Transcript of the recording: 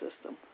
system